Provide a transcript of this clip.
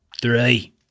three